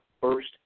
first